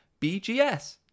BGS